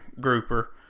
grouper